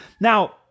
Now